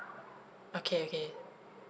okay okay